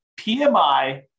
PMI